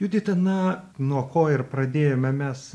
judita na nuo ko ir pradėjome mes